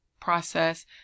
process